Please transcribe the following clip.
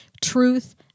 truth